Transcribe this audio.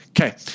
Okay